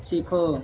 सीखो